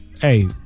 Hey